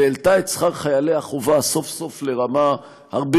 והעלתה את שכר חיילי החובה סוף-סוף לרמה הרבה